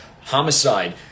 Homicide